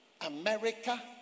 America